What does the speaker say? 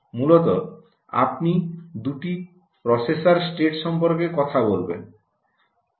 মূলত আপনি দুটি প্রসেসর স্টেট সম্পর্কে কথা বলবেন